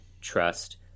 trust